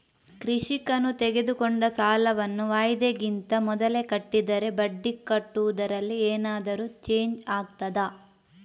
ಕೃಷಿಕನು ತೆಗೆದುಕೊಂಡ ಸಾಲವನ್ನು ವಾಯಿದೆಗಿಂತ ಮೊದಲೇ ಕಟ್ಟಿದರೆ ಬಡ್ಡಿ ಕಟ್ಟುವುದರಲ್ಲಿ ಏನಾದರೂ ಚೇಂಜ್ ಆಗ್ತದಾ?